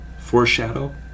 foreshadow